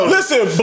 Listen